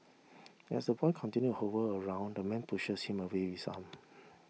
as the boy continue hover around the man pushes him away with his arm